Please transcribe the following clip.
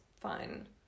fine